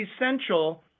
essential